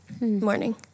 morning